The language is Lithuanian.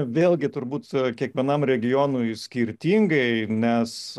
vėlgi turbūt kiekvienam regionui skirtingai nes